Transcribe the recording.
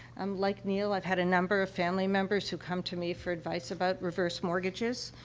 um, like neil, i've had a number of family members who come to me for advice about reverse mortgages.